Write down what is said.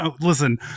Listen